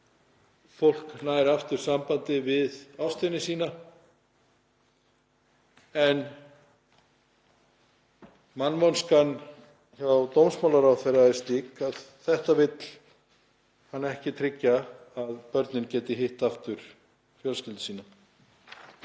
fólk nær aftur sambandi við ástvini sína. En mannvonskan hjá dómsmálaráðherra er slík að þetta vill hann ekki tryggja, að börnin geti hitt aftur fjölskyldu sína.